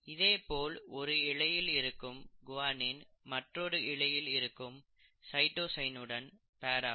இதேபோல் ஒரு இழையில் இருக்கும் குவானின் மற்றொரு இழையில் இருக்கும் சைட்டோசினுடன் பேர் ஆகும்